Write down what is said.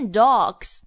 dogs